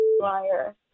liar